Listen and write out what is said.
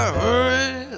hurry